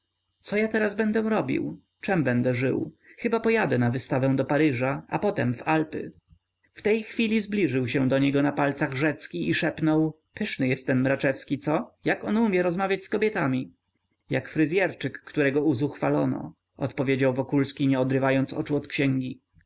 co ja teraz będę robił czem będę żył chyba pojadę na wystawę do paryża a potem w alpy w tej chwili zbliżył się do niego na palcach rzecki i szepnął pyszny jest ten mraczewski co jak on umie rozmawiać z kobietami jak fryzyerczyk którego uzuchwalono odpowiedział wokulski nie odrywając oczu od księgi